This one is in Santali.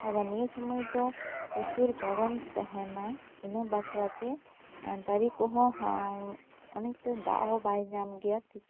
ᱟᱨᱚ ᱱᱤᱭᱟᱹ ᱥᱩᱢᱟᱹᱭ ᱫᱚ ᱯᱨᱚᱪᱩᱨ ᱜᱚᱨᱚᱢ ᱛᱟᱦᱮᱸᱱᱟ ᱤᱱᱟ ᱵᱟᱠᱷᱨᱟᱛᱮ ᱫᱟᱨᱮ ᱠᱚᱦᱚᱸ ᱚᱱᱮᱠᱴᱟ ᱫᱟᱜ ᱦᱚᱸ ᱵᱟᱭ ᱧᱟᱢ ᱜᱮᱭᱟ ᱴᱷᱤᱠ